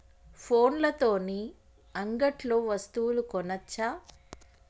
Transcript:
ఫోన్ల తోని అంగట్లో వస్తువులు కొనచ్చా?